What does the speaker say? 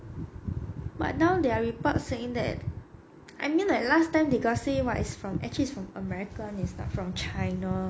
but now there are reports saying that I mean like last time they got say what is from actually from america is not from china